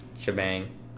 shebang